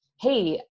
Hey